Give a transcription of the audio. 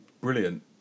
brilliant